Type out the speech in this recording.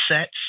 sets